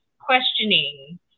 questioning